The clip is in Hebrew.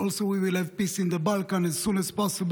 also we will have peace in the Balkan as soon as possible,